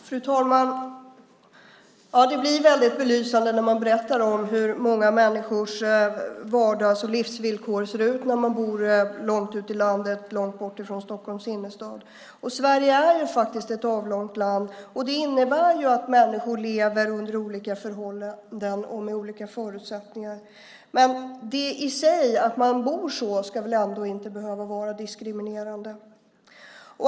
Fru talman! Det blir väldigt belysande när man berättar om hur många människors vardags och livsvillkor ser ut när de bor långt ute i landet och långt bortifrån Stockholms innerstad. Sverige är faktiskt ett avlångt land. Det innebär att människor lever under olika förhållanden och med olika förutsättningar. Men det i sig ska väl ändå inte behöva vara diskriminerande.